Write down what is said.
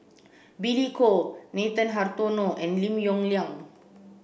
Billy Koh Nathan Hartono and Lim Yong Liang